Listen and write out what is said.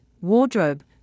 wardrobe